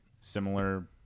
similar